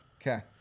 Okay